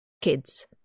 kids